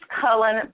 Cullen